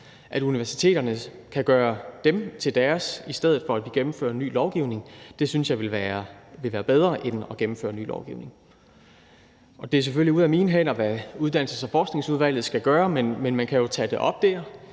At universiteterne kan gøre dem til deres, i stedet for at vi gennemfører en lovgivning, synes jeg ville være bedre end at gennemføre ny lovgivning. Det er selvfølgelig ude af mine hænder, hvad Uddannelses- og Forskningsudvalget skal gøre, men man kan jo tage det op der,